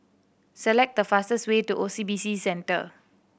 select the fastest way to O C B C Centre